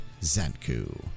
Zanku